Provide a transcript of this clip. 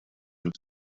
have